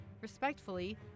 respectfully